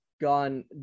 gone